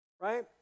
right